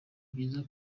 byiza